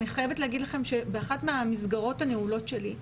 אני חייבת להגיד לכם שבאחת מהמסגרות הנעולות שלי,